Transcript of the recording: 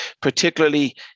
Particularly